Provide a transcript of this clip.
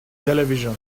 television